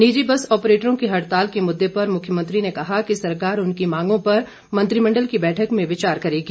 निजि बस ऑपरेटरों की हड़ताल के मुददे पर मुख्यमंत्री ने कहा कि सरकार उनकी मांगों पर मंत्रिमंडल की बैठक में विचार करेगी